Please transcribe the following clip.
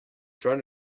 trying